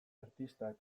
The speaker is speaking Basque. artistak